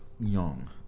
Young